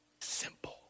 simple